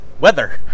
weather